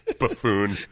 Buffoon